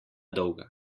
dolga